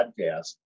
podcast